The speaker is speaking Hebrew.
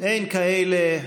אין כאלה.